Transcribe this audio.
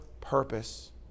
purpose